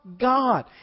God